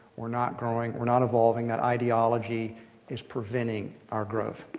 we're not growing. we're not evolving. that ideology is preventing our growth.